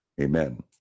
Amen